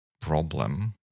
problem